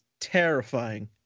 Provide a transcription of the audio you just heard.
terrifying